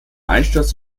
einsturz